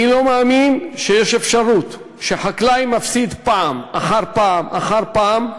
אני לא מאמין שיש אפשרות שחקלאי מפסיד פעם אחר פעם אחר פעם.